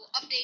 update